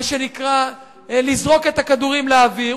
מה שנקרא, לזרוק את הכדורים לאוויר.